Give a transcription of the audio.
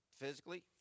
physically